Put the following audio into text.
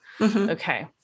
Okay